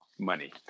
money